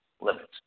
limits